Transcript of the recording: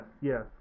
Yes